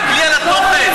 תסתכלי על התוכן.